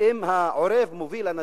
אם העורב מוביל אנשים,